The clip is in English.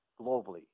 globally